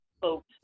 folks